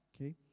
okay